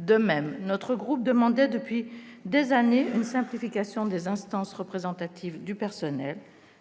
De même, notre groupe demandait depuis des années une simplification des instances représentatives du personnel.